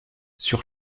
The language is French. sur